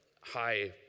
high